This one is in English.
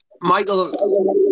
Michael